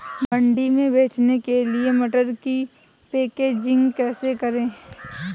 मंडी में बेचने के लिए मटर की पैकेजिंग कैसे करें?